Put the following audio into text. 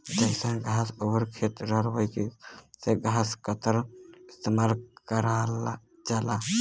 जइसन घास आउर खेत रहला वही के हिसाब से घसकतरा इस्तेमाल करल जाला